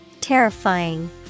Terrifying